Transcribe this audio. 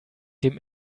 dem